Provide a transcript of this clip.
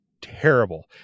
terrible